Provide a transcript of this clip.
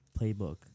playbook